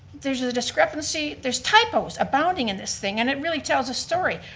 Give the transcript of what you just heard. there's a discrepancy, there's typos abounding in this thing and it really tells a story.